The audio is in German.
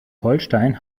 holstein